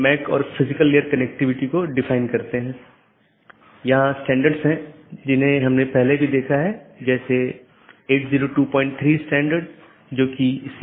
कुछ और अवधारणाएं हैं एक राउटिंग पॉलिसी जो महत्वपूर्ण है जोकि नेटवर्क के माध्यम से डेटा पैकेट के प्रवाह को बाधित करने वाले नियमों का सेट है